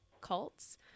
cults